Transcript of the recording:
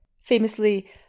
famously